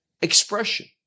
expression